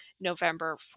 November